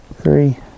three